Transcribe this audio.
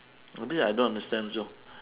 !wah! this I don't understand also